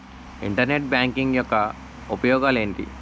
Internet banking యెక్క ఉపయోగాలు ఎంటి?